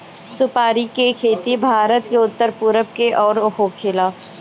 सुपारी के खेती भारत के उत्तर पूरब के ओर होखेला